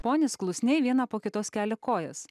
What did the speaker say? ponis klusniai vieną po kitos kelia kojas